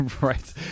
Right